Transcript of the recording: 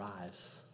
arrives